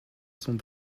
sont